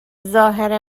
ظاهر